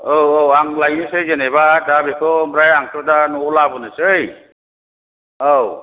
औ औ आं लायनोसै जेनेबा दा बेखौ ओमफ्राय आंथ' दा न'आव लाबोनोसै औ